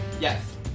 Yes